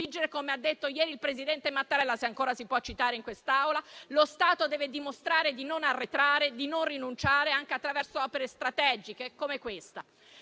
come ha detto ieri il presidente Mattarella - se ancora si può citare in quest'Aula - e lo Stato deve dimostrare di non arretrare, di non rinunciare, anche attraverso opere strategiche come questa.